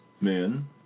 men